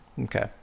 Okay